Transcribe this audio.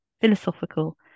philosophical